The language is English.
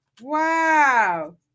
Wow